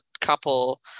couple